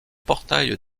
portails